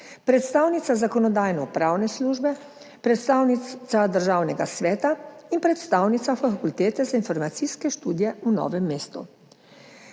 predstavnica Zakonodajno-pravne službe, predstavnica Državnega sveta in predstavnica Fakultete za informacijske študije v Novem mestu.